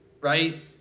Right